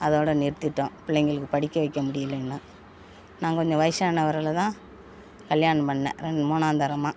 அதோடய நிறுத்திட்டோம் பிள்ளைங்களுக்கு படிக்க வைக்க முடியலேன்னு நான் கொஞ்சம் வயசானவர்களைதான் கல்யாணம் பண்ணேன் ரெண்டு மூணாந்தாரமாக